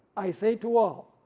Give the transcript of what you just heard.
i say to all.